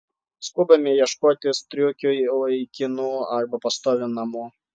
skubame ieškoti striukiui laikinų arba pastovių namų